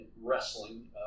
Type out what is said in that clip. wrestling